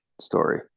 story